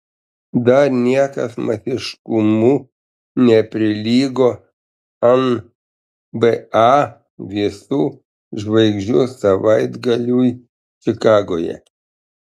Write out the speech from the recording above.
dar niekas masiškumu neprilygo nba visų žvaigždžių savaitgaliui čikagoje